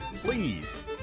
please